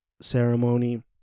ceremony